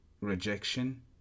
rejection